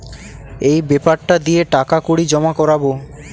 এই বেপারটা দিয়ে টাকা কড়ি জমা করাবো